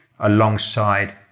alongside